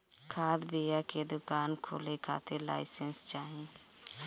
खाद बिया के दुकान खोले के खातिर लाइसेंस चाही